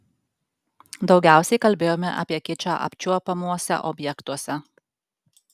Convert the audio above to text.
daugiausiai kalbėjome apie kičą apčiuopiamuose objektuose